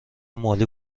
مالی